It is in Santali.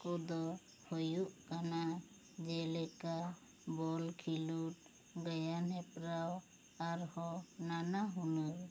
ᱠᱚᱫᱚ ᱦᱩᱭᱩᱜ ᱠᱟᱱᱟ ᱡᱮ ᱞᱮᱠᱟ ᱵᱚᱞ ᱠᱷᱤᱞᱳᱰ ᱜᱟᱭᱟᱱ ᱦᱮᱯᱨᱟᱣ ᱟᱨᱦᱚᱸ ᱱᱟᱱᱟ ᱦᱩᱱᱟᱹᱨ